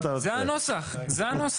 זה הנוסח.